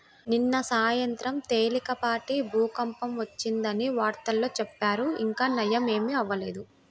నిన్న సాయంత్రం తేలికపాటి భూకంపం వచ్చిందని వార్తల్లో చెప్పారు, ఇంకా నయ్యం ఏమీ అవ్వలేదు